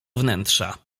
wnętrza